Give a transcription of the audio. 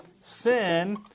sin